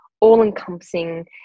all-encompassing